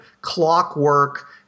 clockwork